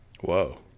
Whoa